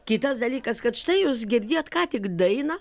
kitas dalykas kad štai jūs girdėjot ką tik dainą